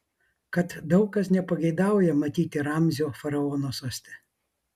kad daug kas nepageidauja matyti ramzio faraono soste